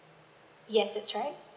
yes that's right